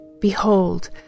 behold